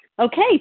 Okay